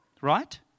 Right